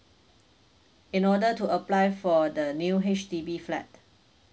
in order to apply for the new H_D_B flat